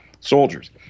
soldiers